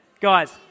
Guys